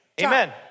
Amen